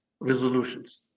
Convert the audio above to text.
resolutions